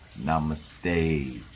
namaste